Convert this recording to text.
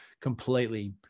completely